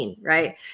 right